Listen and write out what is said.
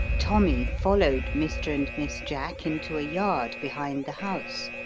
jommy followed mr. and miss jack into a yard behind the house.